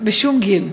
בשום גיל.